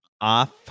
off